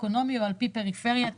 סוציו-אקונומי או על פי פריפריה ומרכז,